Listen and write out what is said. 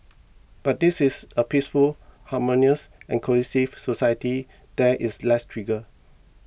but this is a peaceful harmonious and cohesive society there is less trigger